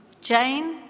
Jane